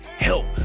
help